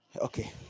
Okay